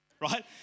right